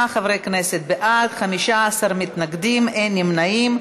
55 חברי כנסת בעד, 15 מתנגדים, אין נמנעים.